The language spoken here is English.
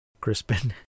crispin